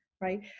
right